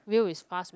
whale is fast meh